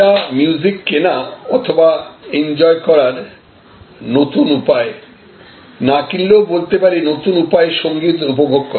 এটি মিউজিক কেনা অথবা এনজয় করার নতুন উপায় না কিনলেও বলতে পারি নতুন উপায়ে সঙ্গীত উপভোগ করা